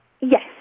Yes